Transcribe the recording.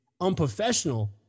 unprofessional